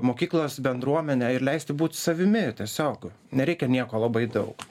mokyklos bendruomenę ir leisti būti savimi tiesiog nereikia nieko labai daug